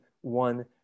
one